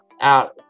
out